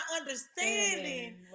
understanding